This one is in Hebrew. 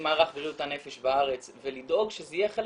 עם מערך בריאות הנפש בארץ ולדאוג שזה יהיה חלק